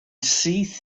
syth